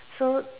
so